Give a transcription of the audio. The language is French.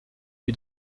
lui